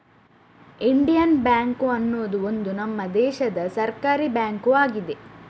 Indian bank ಅನ್ನುದು ಒಂದು ನಮ್ಮ ದೇಶದ ಸರ್ಕಾರೀ ಬ್ಯಾಂಕು ಆಗಿದೆ